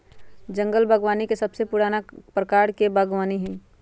जंगल बागवानी सबसे पुराना प्रकार के बागवानी हई